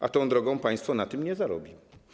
A tą drogą państwo na tym nie zarobi.